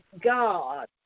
God